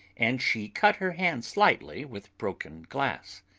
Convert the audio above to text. and she cut her hand slightly with broken glass.